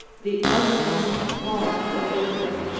the uttermost horn of ocean,